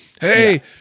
hey